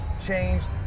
changed